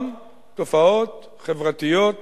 מתלוות גם תופעות חברתיות קשות,